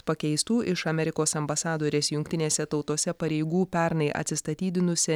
pakeistų iš amerikos ambasadorės jungtinėse tautose pareigų pernai atsistatydinusią